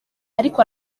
ariko